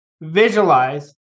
visualize